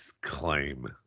claim